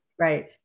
Right